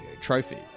Trophy